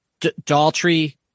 daltrey